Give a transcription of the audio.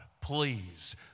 Please